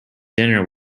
dinner